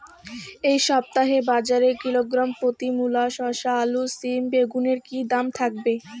এই সপ্তাহে বাজারে কিলোগ্রাম প্রতি মূলা শসা আলু সিম বেগুনের কী দাম থাকবে?